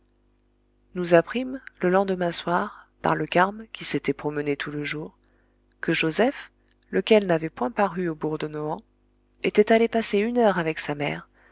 nous apprîmes le lendemain soir par le carme qui s'était promené tout le jour que joseph lequel n'avait point paru au bourg de nohant était allé passer une heure avec sa mère